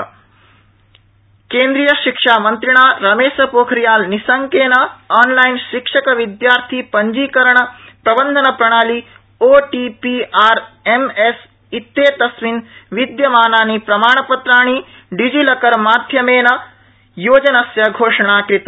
Pokhriyal DigiLocker केन्द्रीय शिक्षा मन्त्रिणा रमेशपोर्खरियाल निशंकेन ऑनलाइन शिक्षकविद्यार्थीपंजीकरणप्रबन्धप्रणाली ओटीपीआरएमएस इत्येतस्मिन् विद्यमानानि प्रमाणपत्राणि डिजीलॉकर इत्यनेन सह योजनस्य घोषणा कृता